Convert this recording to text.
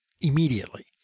immediately